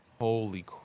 Holy